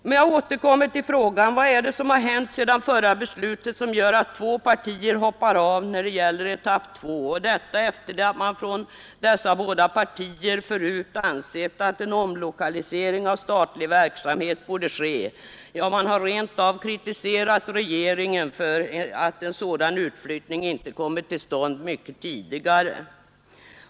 Men jag återkommer till frågan: Vad är det som hänt sedan förra beslutet som gör att två partier hoppar av när det gäller etapp 2 och detta efter det att man från dessa båda partier förut ansett att en omlokalisering av statlig verksamhet borde ske, ja, man har rent av kritiserat regeringen för att en sådan utflyttning inte kommit till stånd mycket tidigare?